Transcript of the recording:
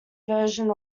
version